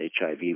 HIV